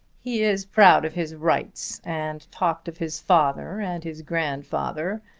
he is proud of his rights, and talked of his father and his grandfather,